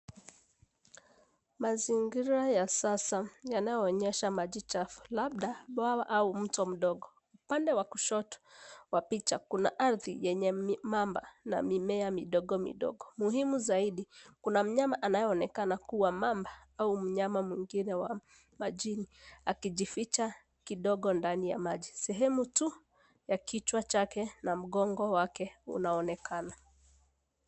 Mazingira ya sasa yanayoonyesha maji chafu labda ya bwawa au mto mdogo. Upande wa kushoto wa picha kuna ardhi yenye mamba na mmea midogo. Muhinu zaidi kuna mnyama anayeonekana kuwa wa mamba au mnyama mwingine wa majini akijificha ndani ya maji. Sehemu tu ya kichwa chake na mgongo wake unaonekana.